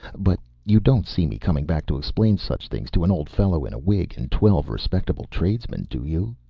but you don't see me coming back to explain such things to an old fellow in a wig and twelve respectable tradesmen, do you?